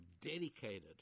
dedicated